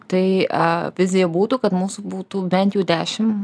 tai a vizija būtų kad mūsų būtų bent dešim